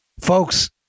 Folks